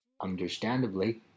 Understandably